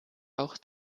auch